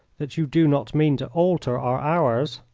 that you do not mean to alter our hours,